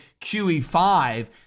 QE5